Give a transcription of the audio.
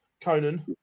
Conan